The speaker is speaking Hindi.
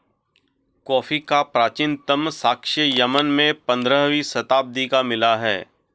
कॉफी का प्राचीनतम साक्ष्य यमन में पंद्रहवी शताब्दी का मिला है